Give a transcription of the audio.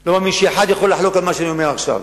לא מאמין שיש אחד שיכול לחלוק על מה שאני אומר עכשיו,